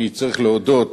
אני צריך להודות